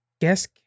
Guess